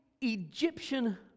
Egyptian